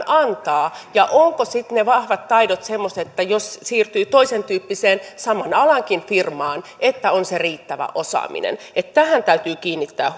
antaa ja ovatko sitten ne vahvat taidot semmoiset että jos siirtyy toisen tyyppiseen saman alankin firmaan niin on se riittävä osaaminen tähän täytyy kiinnittää